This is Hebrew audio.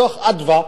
דוח "אדוה"